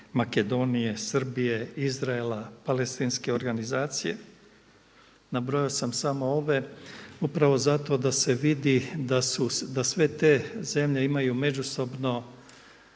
Makedonije, Srbije, Izraela, palestinske organizacije. Nabrojao sam samo ove upravo zato da se vidi da sve te zemlje imaju međusobno